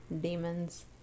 demons